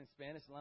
Spanish